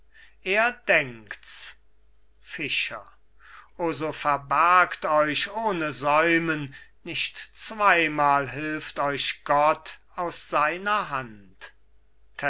er denkt's fischer o so verbergt euch ohne säumen nicht zweimal hilft euch gott aus seiner hand